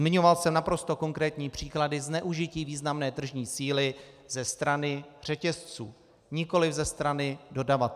Zmiňoval jsem naprosto konkrétní příklady zneužití významné tržní síly ze strany řetězců, nikoliv ze strany dodavatelů.